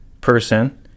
person